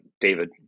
David